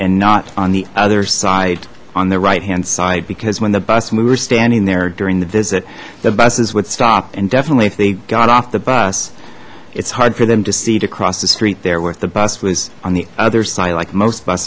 and not on the other side on the right hand side because when the bus we were standing there during the visit the buses would stop and definitely if they got off the bus it's hard for them to seat across the street there where if the bus was on the other side like most bus